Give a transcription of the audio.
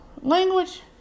Language